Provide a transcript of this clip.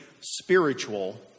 spiritual